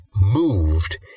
moved